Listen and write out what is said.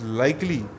likely